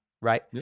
right